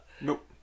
Nope